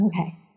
okay